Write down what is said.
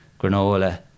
granola